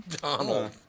Donald